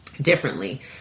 differently